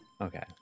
Okay